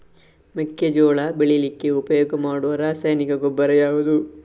ಮೆಕ್ಕೆಜೋಳ ಬೆಳೀಲಿಕ್ಕೆ ಉಪಯೋಗ ಮಾಡುವ ರಾಸಾಯನಿಕ ಗೊಬ್ಬರ ಯಾವುದು?